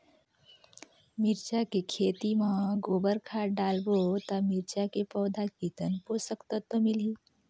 मिरचा के खेती मां गोबर खाद डालबो ता मिरचा के पौधा कितन पोषक तत्व मिलही?